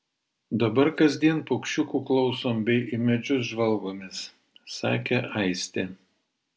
dabar kasdien paukščiukų klausom bei į medžius žvalgomės sakė aistė